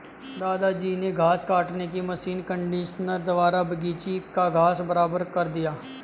दादाजी ने घास काटने की मशीन कंडीशनर द्वारा बगीची का घास बराबर कर दिया